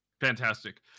Fantastic